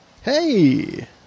Hey